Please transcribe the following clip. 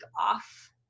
off